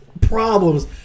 Problems